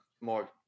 more